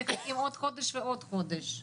מחכים עוד חודש ועוד חודש.